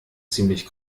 ziemlich